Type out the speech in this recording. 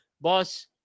boss